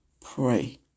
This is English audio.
pray